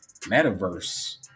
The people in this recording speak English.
metaverse